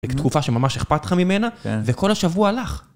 תקופה שממש אכפת לך ממנה, וכל השבוע הלך.